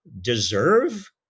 deserve